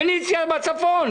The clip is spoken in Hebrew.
פניציה בצפון